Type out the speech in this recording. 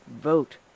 vote